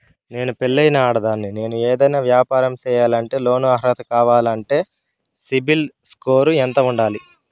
నేను పెళ్ళైన ఆడదాన్ని, నేను ఏదైనా వ్యాపారం సేయాలంటే లోను అర్హత కావాలంటే సిబిల్ స్కోరు ఎంత ఉండాలి?